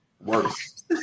worse